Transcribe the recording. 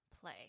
play